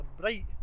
bright